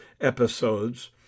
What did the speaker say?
episodes